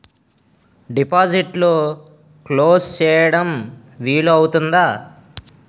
డిపాజిట్లు క్లోజ్ చేయడం వీలు అవుతుందా?